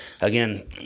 Again